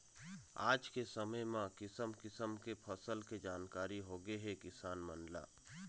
आज के समे म किसम किसम के फसल के जानकारी होगे हे किसान मन ल